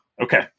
okay